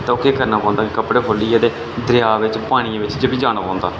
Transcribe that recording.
ते ओह् केह् करना पौंदा कपड़े खोह्ल्लियै दरेआ बिच पानियै बिच बी जाना पौंदा ऐ